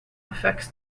affects